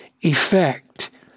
effect